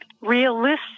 realistic